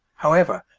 however,